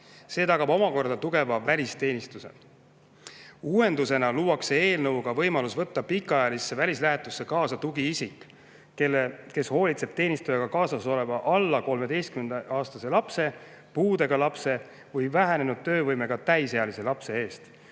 See tagab tugeva välisteenistuse. Uuendusena luuakse eelnõuga võimalus võtta pikaajalisse välislähetusse kaasa tugiisik, kes hoolitseb teenistujaga kaasas oleva alla 13‑aastase lapse, puudega lapse või vähenenud töövõimega täisealise lapse eest,